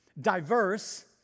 diverse